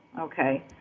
Okay